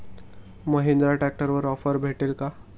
महिंद्रा ट्रॅक्टरवर ऑफर भेटेल का?